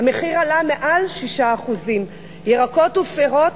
המחיר עלה מעל 6%; ירקות ופירות,